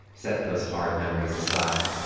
set those hard memories aside.